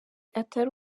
atari